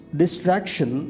distraction